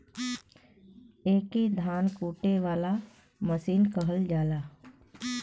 एके धान कूटे वाला मसीन कहल जाला